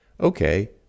okay